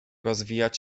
rozwijać